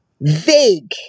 vague